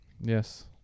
Yes